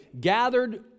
gathered